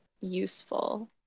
useful